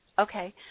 Okay